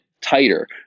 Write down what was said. tighter